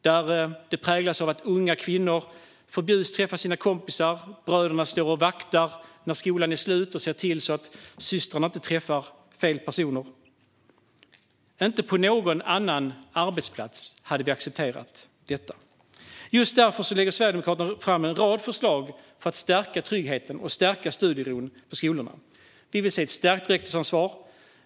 Det präglas av att unga kvinnor förbjuds träffa sina kompisar. Bröderna står och vaktar när skolan är slut och ser till att systrarna inte träffar fel personer. Inte på någon annan arbetsplats hade vi accepterat detta. Just därför lägger Sverigedemokraterna fram en rad förslag för att stärka tryggheten och studieron på skolorna: Vi vill se ett stärkt rektorsansvar.